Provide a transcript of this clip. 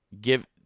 Give